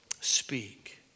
Speak